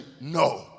no